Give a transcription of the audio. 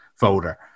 voter